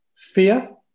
Fear